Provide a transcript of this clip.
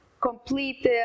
complete